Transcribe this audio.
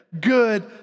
good